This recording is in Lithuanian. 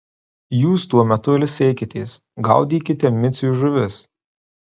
jūs tuo metu ilsėkitės gaudykite miciui žuvis